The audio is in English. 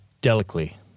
delicately